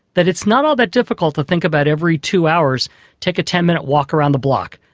that it's not all that difficult to think about every two hours take a ten minute walk around the block,